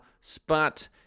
spot